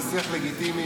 זה שיח לגיטימי.